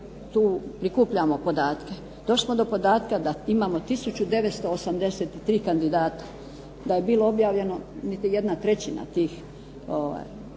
tu prikupljamo podatke. Došli smo do podatka da imamo tisuću 983 kandidata, da je bilo objavljeno niti jedna trećina tih izvještaja